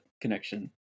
connection